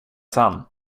sen